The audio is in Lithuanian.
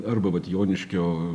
arba vat joniškio